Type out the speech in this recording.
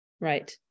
Right